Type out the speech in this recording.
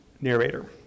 narrator